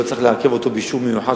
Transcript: לא צריך לעכב אותו באישור מיוחד,